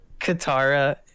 Katara